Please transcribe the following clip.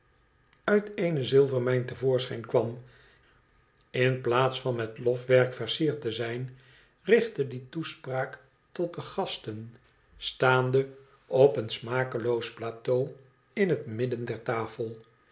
uit eene zilvermijn te voorschijn kwam in plaats van met lofwerk versierd te zijn richtte die toespraak tot de gasten staande op een smakeloos plateau in het midden der tafel